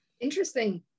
Interesting